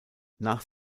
nach